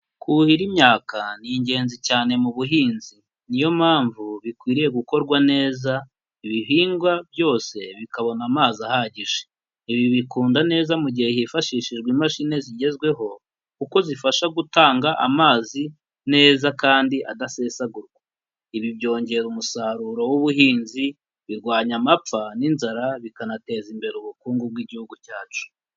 Kuhira imyaka ni ingenzi cyane mu buhinzi, niyo mpamvu bikwiriye gukorwa neza, ibihingwa byose bikabona amazi ahagije. Ibi bikunda neza mu gihe hifashishijwe imashini zigezweho, kuko zifasha gutanga amazi neza kandi adasesagurwa. Ibi byongera umusaruro w'ubuhinzi, birwanya amapfa n'inzara, bikanateza imbere ubukungu bw'igihugu cyacu.